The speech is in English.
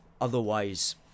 Otherwise